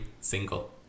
Single